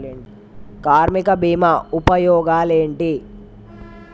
కార్మిక బీమా ఉపయోగాలేంటి?